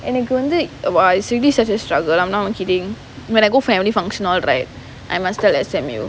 எனக்கு வந்து:enakku vanthu !wah! it's really such a struggle I'm not even kidding when I go family function all right I must tell S_M_U